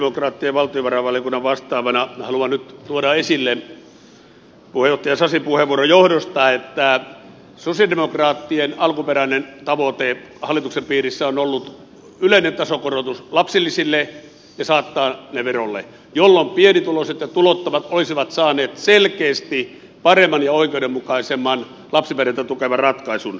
sosialidemokraattien valtiovarainvaliokunnan vastaavana haluan nyt tuoda esille puheenjohtaja sasin puheenvuoron johdosta että sosialidemokraattien alkuperäinen tavoite hallituksen piirissä on ollut yleinen tasokorotus lapsilisille ja niiden saattaminen verolle jolloin pienituloiset ja tulottomat olisivat saaneet selkeästi paremman ja oikeudenmukaisemman lapsiperheitä tukevan ratkaisun